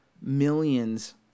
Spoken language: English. millions